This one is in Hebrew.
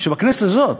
שבכנסת הזאת,